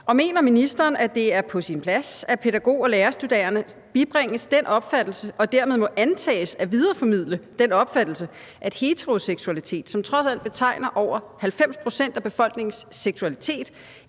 og mener ministeren, at det er på sin plads, at pædagog- og lærerstuderende bibringes den opfattelse og dermed må antages at videreformidle den opfattelse, at heteroseksualitet, som trods alt betegner over 90 pct. af befolkningens seksualitet,